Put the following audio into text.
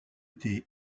étaient